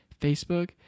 Facebook